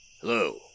Hello